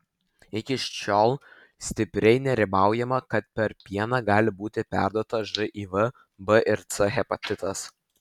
iki šiol stipriai nerimaujama kad per pieną gali būti perduotas živ b ir c hepatitas